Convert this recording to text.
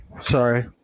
Sorry